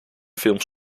films